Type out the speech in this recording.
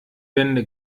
wände